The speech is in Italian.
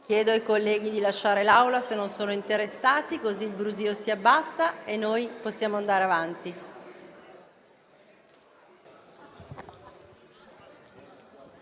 Chiedo ai colleghi di lasciare l'Aula se non sono interessati, così il brusio si attenua e noi possiamo andare avanti.